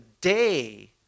day